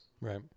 Right